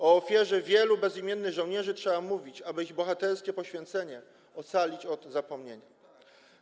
O ofierze wielu bezimiennych żołnierzy trzeba mówić, aby ich bohaterskie poświęcenie ocalić od zapomnienia.